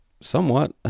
somewhat